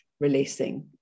releasing